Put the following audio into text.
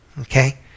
okay